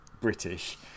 British